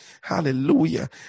hallelujah